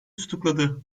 tutukladı